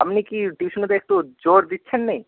আপনি কি টিউশনিতে একটু জোর দিচ্ছেন না